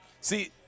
See